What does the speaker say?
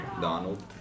Donald